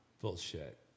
Bullshit